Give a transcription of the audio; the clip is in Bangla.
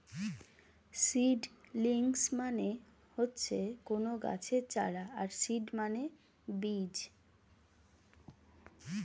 সিডলিংস মানে হচ্ছে কোনো গাছের চারা আর সিড মানে বীজ